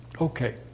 okay